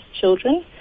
children